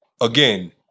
again